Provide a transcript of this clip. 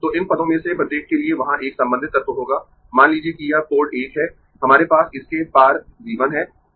तो इन पदों में से प्रत्येक के लिए वहां एक संबंधित तत्व होगा मान लीजिए कि यह पोर्ट 1 है हमारे पास इसके पार V 1 है